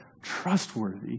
trustworthy